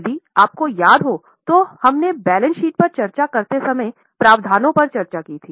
यदि आपको याद हों तो हमने बैलेंस शीट पर चर्चा करते समय प्रावधानों पर चर्चा की है